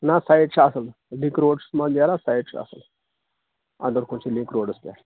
نا سایِٹ چھِ اصٕل لِنٛک روڈ چھُس مَنٛزٕ نیران سایِٹ چھِ اَصٕل اندر کُن چھِ لِنٛک روڈَس پٮ۪ٹھ